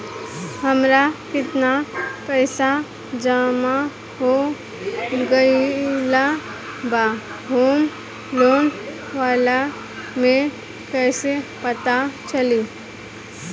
हमार केतना पईसा जमा हो गएल बा होम लोन वाला मे कइसे पता चली?